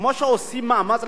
כמו שעושים מאמץ,